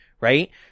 Right